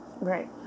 right